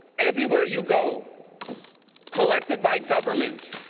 everywhere you go collected by government.